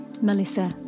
Melissa